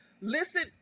listen